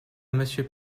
monsieur